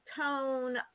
tone